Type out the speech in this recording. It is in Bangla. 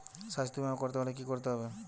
স্বাস্থ্যবীমা করতে হলে কি করতে হবে?